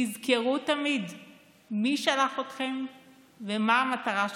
תזכרו תמיד מי שלח אתכם ומה המטרה שלכם.